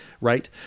right